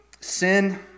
Sin